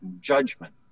judgment